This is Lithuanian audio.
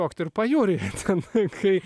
koktu ir pajūryje konfliktai